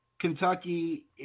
Kentucky